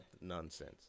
nonsense